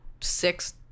six